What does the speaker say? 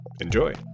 Enjoy